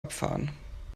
abfahren